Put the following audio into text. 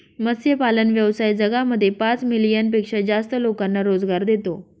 मत्स्यपालन व्यवसाय जगामध्ये पाच मिलियन पेक्षा जास्त लोकांना रोजगार देतो